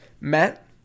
Matt